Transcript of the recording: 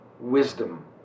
wisdom